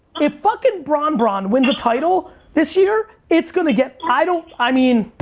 if fucking bron bron wins a title this year, it's gonna get, i don't, i mean,